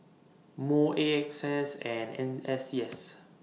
Moh A X S and N S C S